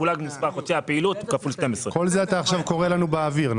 מחולק במספר חודשי הפעילות כפול 12. את כל זה אתה עכשיו קורא לנו באוויר,